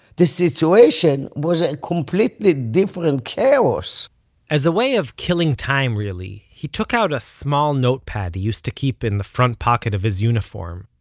the situation was a completely different chaos as a way of killing time, really, he took out a small notepad he used to keep in the front pocket of his uniform,